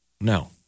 No